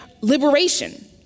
liberation